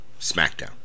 SmackDown